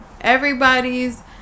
everybody's